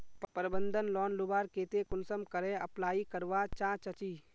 प्रबंधन लोन लुबार केते कुंसम करे अप्लाई करवा चाँ चची?